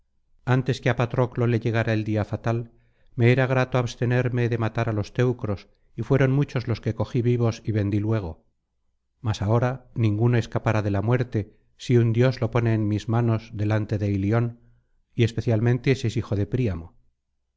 antes que á patroclo le llegara el día fatal me era grato abstenerme de matar á los teucros y fueron muchos los que cogí vivos y vendí luego mas ahora ninguno escapará de la muerte si un dios lo pone en mis manos delante de ilion y especialmente si es hijo de príamo